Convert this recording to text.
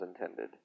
intended